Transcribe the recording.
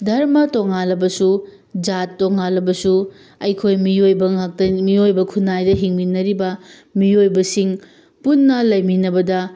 ꯙꯔꯃ ꯇꯣꯉꯥꯟꯂꯕꯁꯨ ꯖꯥꯠ ꯇꯣꯉꯥꯟꯂꯕꯁꯨ ꯑꯩꯈꯣꯏ ꯃꯤꯑꯣꯏꯕ ꯉꯥꯛꯇꯅꯤ ꯃꯤꯑꯣꯏꯕ ꯈꯨꯅꯥꯏꯗ ꯍꯤꯡꯃꯤꯟꯅꯔꯤꯕ ꯃꯤꯑꯣꯏꯕꯁꯤꯡ ꯄꯨꯟꯅ ꯂꯩꯃꯤꯟꯅꯕꯗ